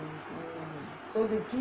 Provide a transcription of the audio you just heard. mm